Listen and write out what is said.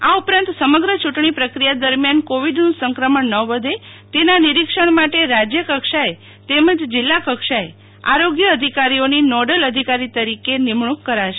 આ ઉપરાંચ સમગ્ર ચૂટણી પ્રકિયા દરમિયાન કોવિડનું સંક્રમણન વધે તેના નિરિક્ષણ માટે રાજય કક્ષાએ તેમજ જિલ્લા કક્ષાએ આરોગ્ય અધિકારીઓની નોડલ અધિકારી તરીકે નિમણૂક કરાશે